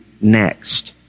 next